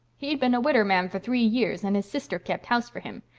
he'd been a widder-man for three yers, and his sister kept house for him.